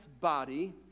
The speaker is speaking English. body